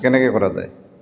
কেনেকৈ কৰা যায়